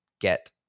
get